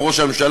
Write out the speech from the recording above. כמו ראש הממשלה,